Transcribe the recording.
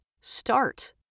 Start